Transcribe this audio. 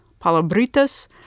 Palabritas